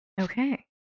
okay